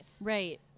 right